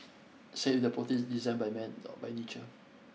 cellular proteins designed by man not by nature